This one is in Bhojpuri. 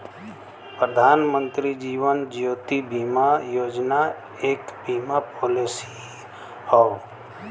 प्रधानमंत्री जीवन ज्योति बीमा योजना एक बीमा पॉलिसी हौ